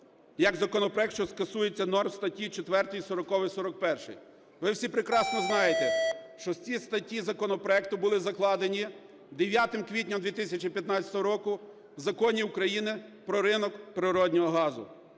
як законопроект, що стосується норм статті 4, 40-ї і 41-ї. Ви всі прекрасно знаєте, що ці статті законопроекту були закладені 9 квітня 2015 року в Законі України "Про ринок природного газу".